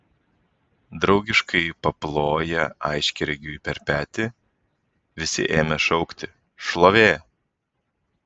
draugiškai paploję aiškiaregiui per petį visi ėmė šaukti šlovė